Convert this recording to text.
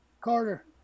Carter